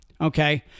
Okay